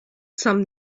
some